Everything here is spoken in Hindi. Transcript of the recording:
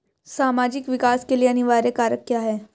सामाजिक विकास के लिए अनिवार्य कारक क्या है?